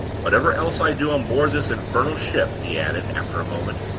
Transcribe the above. whatever else i do on board this infernal ship, he added, after a moment,